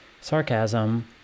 Sarcasm